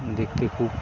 দেখতে খুব